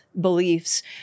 beliefs